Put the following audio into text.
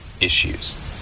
issues